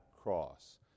cross